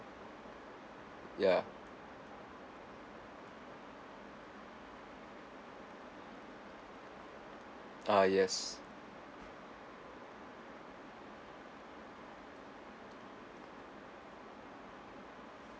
ya ah yes